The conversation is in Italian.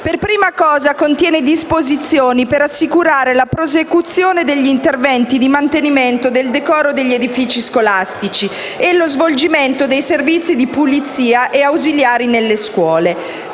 Per prima cosa esso contiene disposizioni per assicurare la prosecuzione degli interventi di mantenimento del decoro degli edifici scolastici e lo svolgimento dei servizi di pulizia e ausiliari nelle scuole.